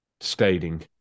stating